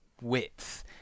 width